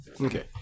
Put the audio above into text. Okay